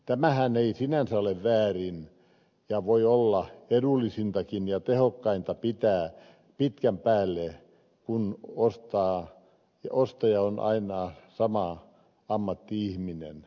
tämähän ei sinänsä ole väärin ja voi olla edullisintakin ja tehokkainta pitkän päälle kun ostaja on aina sama ammatti ihminen